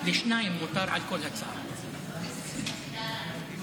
כועס שאנחנו